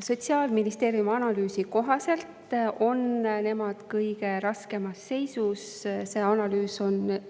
Sotsiaalministeeriumi analüüsi kohaselt on nemad kõige raskemas seisus. See analüüs on